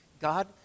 God